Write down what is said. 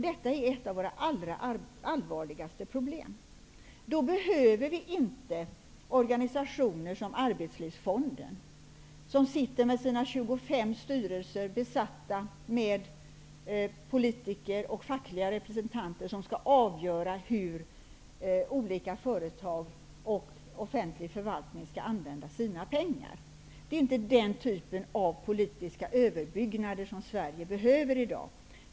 Detta är ett av våra allra allvarligaste problem. Då behöver vi inte organisationer som Arbetslivsfonden, som sitter med sina 25 styrelser, besatta med politiker och fackliga representanter, som skall avgöra hur olika företag och offentlig förvaltning skall använda sina pengar. Det är inte den typen av politiska överbyggnader som Sverige behöver i dag.